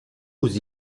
aux